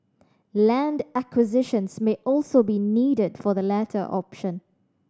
land acquisitions may also be needed for the latter option